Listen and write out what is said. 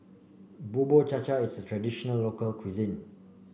Bubur Cha Cha is traditional local cuisine